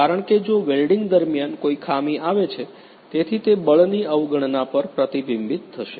કારણ કે જો વેલ્ડિંગ દરમિયાન કોઈ ખામી આવે છે તેથી તે બળની અવગણના પર પ્રતિબિંબિત થશે